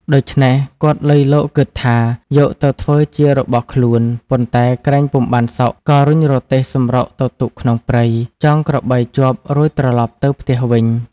ដូច្នេះគាត់លៃលកគិតថាយកទៅធ្វើជារបស់ខ្លួនប៉ុន្តែក្រែងពុំបានសុខក៏រុញរទេះសំរុកទៅទុកក្នុងព្រៃ ចងក្របីជាប់រួចត្រឡប់ទៅផ្ទះវិញ ។